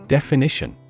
Definition